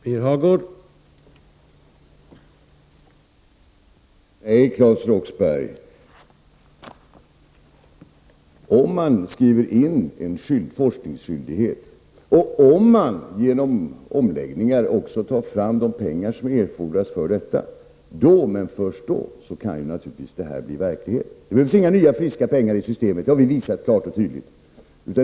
Herr talman! Nej, Claes Roxbergh! Om man skriver in en forskningsskyldighet och om man genom omläggningar också tar fram de pengar som erfordras, då — först då — kan detta bli verklighet. Det behövs inga nya, friska pengar i systemet, det har vi visat klart och tydligt.